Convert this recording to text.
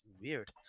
weird